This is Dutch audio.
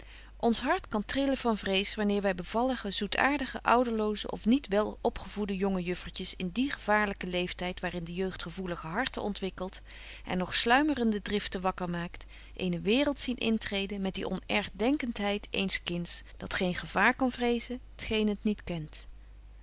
ons hart kan trillen van vrees wanneer wy bevallige zoetaartige ouderloze of niet wel opgevoede jonge juffertjes in dien gevaarlyken leeftyd waar in de jeugd gevoelige harten ontwikkelt en nog sluimerende driften wakker maakt eene waereld zien intreden met de onärgdenkentheid eens kinds dat geen gevaar kan vrezen t geen het niet kent